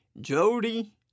Jody